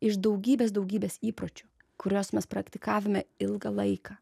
iš daugybės daugybės įpročių kuriuos mes praktikavome ilgą laiką